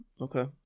okay